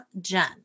Jen